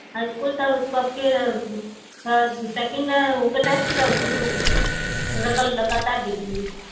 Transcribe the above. high school तक उसको आपके थोड़ा सेकेंड होगा टेस्ट तब लगातार भेजूंगी